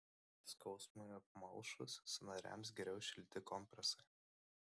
skausmui apmalšus sąnariams geriau šilti kompresai